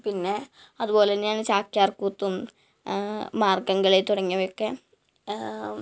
പിന്നെ അതുപോലെ തന്നെയാണ് ചാക്ക്യാര്ക്കൂത്തും മാർഗംകളി തുടങ്ങിയവയൊക്കെ